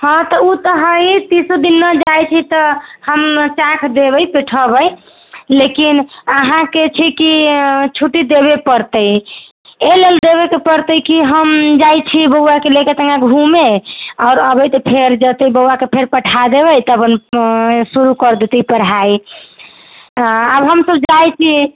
हँ तऽ ओ तऽ हैहि तीसो दिन लै जाइत छी तऽ हम चाक देबै बैठाबै लेकिन अहाँकेँ छै कि छुट्टी देबये पड़तै एहि लेल देबेके पड़तै कि हम जाइत छी बौआके लयके कनिके घुमै आओर आबै तऽ फेर जेतै बौआके फेर पठा देबै तऽ अपन शुरु करि देते पढाइ आ आब हम तऽ जाइत छी